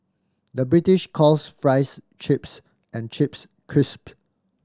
the British calls fries chips and chips crisp